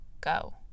go